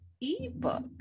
ebook